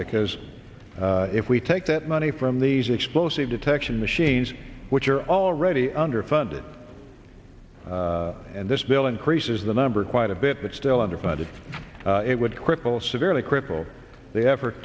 because if we take that money from these explosive detection machines which are already underfunded and this bill increases the number quite a bit but still underfunded it would cripple severely crippled the effort